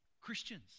Christians